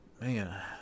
man